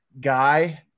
guy